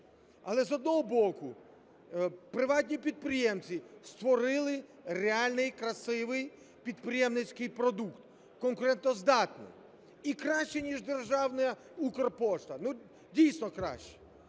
Але, з одного боку, приватні підприємці створили реальний, красивий підприємницький продукт, конкурентоздатний і кращий ніж державна Укрпошта, дійсно, кращий.